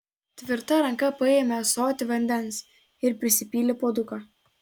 tvirta ranka paėmė ąsotį vandens ir prisipylė puoduką